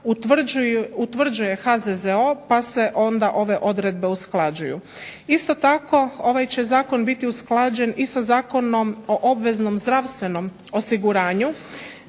utvrđuje HZZO pa se onda ove odredbe usklađuju. Isto tako ovaj će zakon biti usklađen i sa Zakonom o obveznom zdravstvenom osiguranju